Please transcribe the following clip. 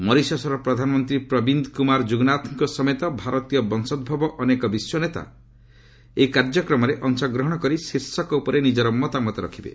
ମରିସସ୍ର ପ୍ରଧାନମନ୍ତ୍ରୀ ପ୍ରବୀନ୍ଦ୍ କୁମାର ଜୁଗନାଥ୍ଙ୍କ ସମେତ ଭାରତୀୟ ବଂଶୋଭବ ଅନେକ ବିଶ୍ୱ ନେତା ଏହି କାର୍ଯ୍ୟକ୍ରମରେ ଅଂଶଗ୍ହଣ କରି ଶୀର୍ଷକ ଉପରେ ନିକର ମତାମତ ରଖିବେ